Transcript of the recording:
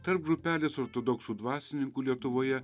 tarp grupelės ortodoksų dvasininkų lietuvoje